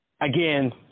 Again